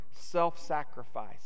self-sacrifice